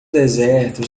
deserto